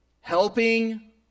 helping